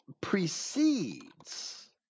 precedes